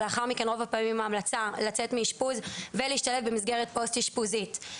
לאחר מכן רוב הפעמים ההמלצה לצאת מאישפוז ולהשתלב במסגרת פוסט אישפוזית.